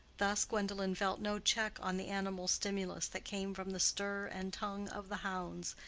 thus gwendolen felt no check on the animal stimulus that came from the stir and tongue of the hounds,